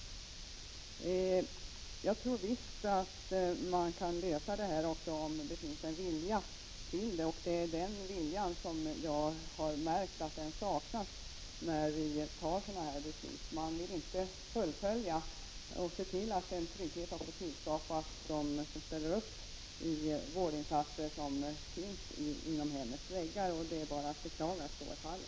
Jag tror att man kan lösa också den här frågan, om det finns en vilja till det, men jag har märkt att den viljan saknas när beslut av detta slag fattas. Man vill inte fullfölja dem genom att se till att en trygghet skapas också för dem som ställer upp för vårdinsatser inom hemmets väggar. Det är bara att beklaga att så är fallet.